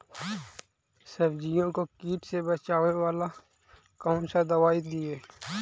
सब्जियों को किट से बचाबेला कौन सा दबाई दीए?